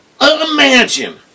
Imagine